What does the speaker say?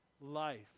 life